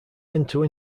enter